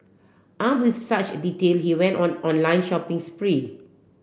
arm with such detail he went on online shopping spree